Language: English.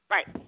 Right